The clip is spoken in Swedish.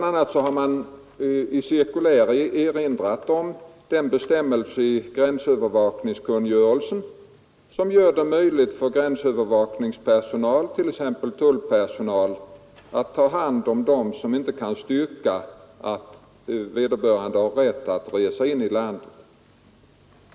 a. har man i cirkulär erinrat om den bestämmelse i gränsövervakningskungörelsen som gör det möjligt för gränsövervakningspersonal, t.ex. tullpersonal, att ta hand om dem som inte kan styrka att de har rätt att resa in i landet.